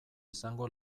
izango